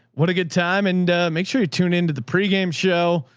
what a good time and make sure you're tuned into the pregame show.